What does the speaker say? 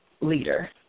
leader